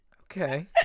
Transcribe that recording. Okay